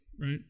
right